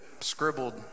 scribbled